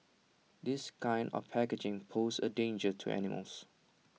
this kind of packaging pose A danger to animals